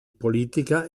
politica